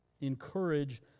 Encourage